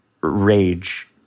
rage